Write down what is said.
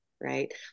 right